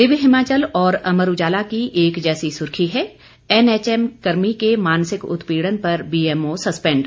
दिव्य हिमाचल और अमर उजाला की एक जैसी सुर्खी है एनएचएम कर्मी के मानसिक उत्पीड़न पर बीएमओ सस्पेंड